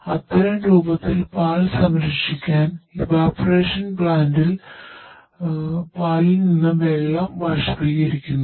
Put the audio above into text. അതിനാൽ അത്തരം രൂപത്തിൽ പാൽ സംരക്ഷിക്കാൻ ഇവപൊറേഷൻ പ്ലാന്റിൽ പാലിൽ നിന്ന് വെള്ളം ബാഷ്പീകരിക്കുന്നു